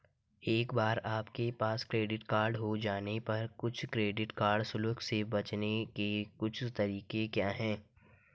एक बार आपके पास क्रेडिट कार्ड हो जाने पर कुछ क्रेडिट कार्ड शुल्क से बचने के कुछ तरीके क्या हैं?